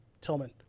Tillman